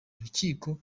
rukiko